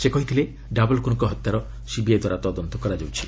ସେ କହିଥିଲେ ଡାବୋଲ୍କରଙ୍କ ହତ୍ୟାର ସିବିଆଇଦ୍ୱାରା ତଦନ୍ତ କରାଯାଉଛି